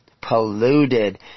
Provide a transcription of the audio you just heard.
polluted